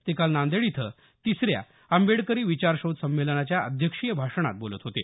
ते काल नांदेड इथं तिसऱ्या आंबेडकरी विचारवेध संमेलनाच्या अध्यक्षीय भाषणात बोलत होते